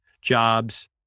jobs